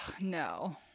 No